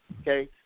Okay